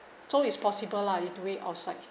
so is possible lah you do it outside